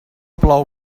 plou